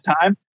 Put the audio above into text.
time